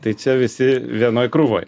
tai čia visi vienoj krūvoj